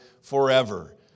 forever